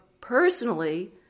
personally